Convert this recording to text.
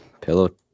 pillow